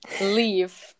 leave